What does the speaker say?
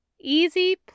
Easy